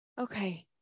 okay